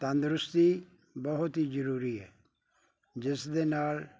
ਤੰਦਰੁਸਤੀ ਬਹੁਤ ਹੀ ਜ਼ਰੂਰੀ ਹੈ ਜਿਸ ਦੇ ਨਾਲ